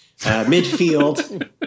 midfield—